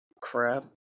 crap